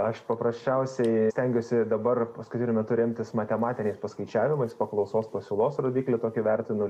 aš paprasčiausiai stengiuosi dabar paskutiniu metu remtis matematiniais paskaičiavimais paklausos pasiūlos rodiklių tokį vertinu